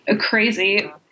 crazy